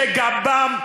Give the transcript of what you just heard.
שגבן,